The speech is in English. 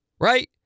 right